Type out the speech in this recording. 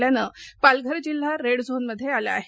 त्यामुळे पालघर जिल्हा red zone मध्ये आला आहे